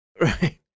Right